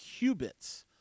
qubits